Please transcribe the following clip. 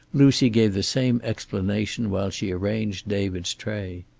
lucy gave the same explanation while she arranged david's tray.